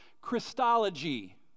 Christology